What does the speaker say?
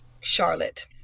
Charlotte